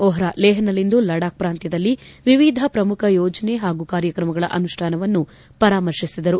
ವ್ಹೋರಾ ಲೇಹ್ನಲ್ಲಿಂದು ಲಡಾಕ್ ಪ್ರಾಂತ್ಯದಲ್ಲಿ ವಿವಿಧ ಪ್ರಮುಖ ಯೋಜನೆ ಹಾಗೂ ಕಾರ್ಯಕ್ರಮಗಳ ಅನುಷ್ಠಾನವನ್ನು ಪರಾಮರ್ಶಿಸಿದರು